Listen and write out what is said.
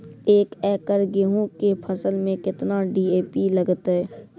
एक एकरऽ गेहूँ के फसल मे केतना डी.ए.पी लगतै?